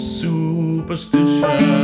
superstition